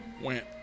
went